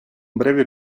breve